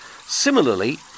Similarly